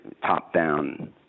top-down